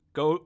go